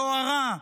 יוהרה,